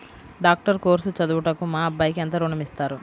Doctor course చదువుటకు మా అబ్బాయికి ఎంత ఋణం ఇస్తారు?